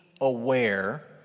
aware